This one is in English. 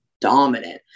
dominant